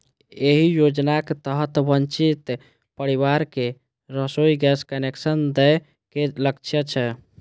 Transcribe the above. एहि योजनाक तहत वंचित परिवार कें रसोइ गैस कनेक्शन दए के लक्ष्य छै